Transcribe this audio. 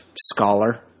scholar